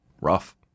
Rough